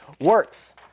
works